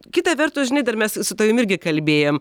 kita vertus žinai dar mes su tavim irgi kalbėjom